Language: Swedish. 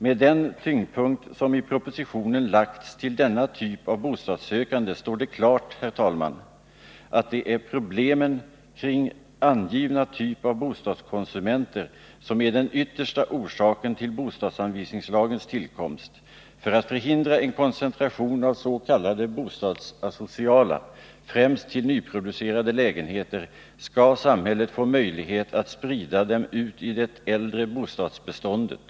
Med den tyngdpunkt som i propositionen lagts till denna typ av bostadssökande står det klart, herr talman, att det är problemen med angivna typ av bostadskonsumenter som är den yttersta tion av s.k. boendeasociala, främst till nyproducerade lägenheter, skall Torsdagen den samhället få möjlighet att sprida dem ut i det äldre bostadsbeståridet.